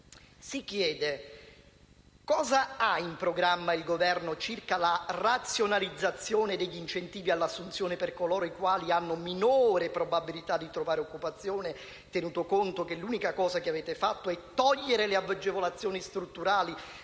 si chiede cosa ha in programma il Governo circa la razionalizzazione degli incentivi all'assunzione per coloro i quali hanno minore probabilità di trovare occupazione, tenuto conto che l'unica cosa che avete fatto è togliere le agevolazioni strutturali